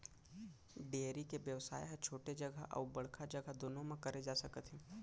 dairy के बेवसाय ह छोटे जघा अउ बड़का जघा दुनों म करे जा सकत हे